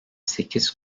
sekiz